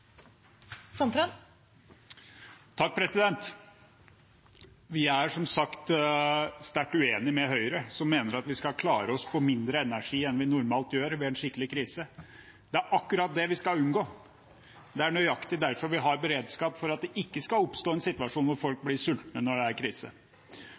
Vi er som sagt sterkt uenige med Høyre, som mener at vi skal klare oss på mindre energi enn vi normalt gjør, ved en skikkelig krise. Det er akkurat det vi skal unngå. Det er nøyaktig derfor vi har beredskap, for at det ikke skal oppstå en situasjon hvor folk